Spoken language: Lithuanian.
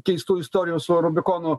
keistų istorijų su rubikonu